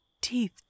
Teeth